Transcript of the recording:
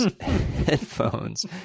headphones